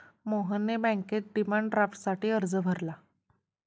मोहनने बँकेत डिमांड ड्राफ्टसाठी अर्ज भरला